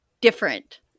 different